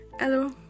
hello